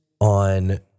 on